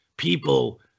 people